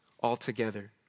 altogether